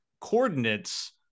coordinates